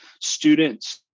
students